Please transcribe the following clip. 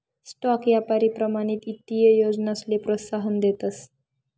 stock यापारी प्रमाणित ईत्तीय योजनासले प्रोत्साहन देतस